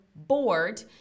bored